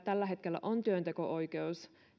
tällä hetkellä on työnteko oikeus